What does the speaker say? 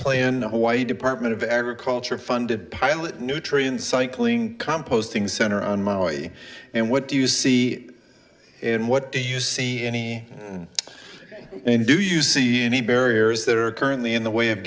in hawaii department of agriculture funded pilot nutrient cycling composting center on maui and what do you see and what do you see any and do you see any barriers that are currently in the way of